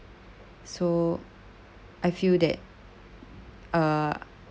so I feel that uh